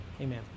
amen